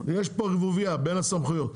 יש ערבוביה בין הסמכויות.